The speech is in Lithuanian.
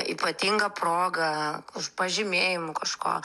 ypatinga proga už pažymėjimu kažko